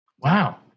Wow